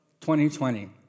2020